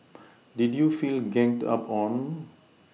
did you feel ganged up on